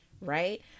right